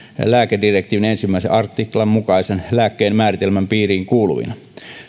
lääkedirektiivin ensimmäisen artiklan mukaisen lääkkeen määritelmän piiriin kuuluvina